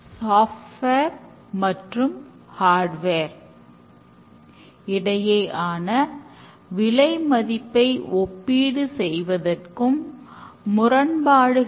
இப்போது நாம் எக்ஸ்டிரிம் புரோகிரோமின் நான்கு மதிப்புகளை பார்ப்போம்